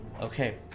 Okay